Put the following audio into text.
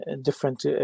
different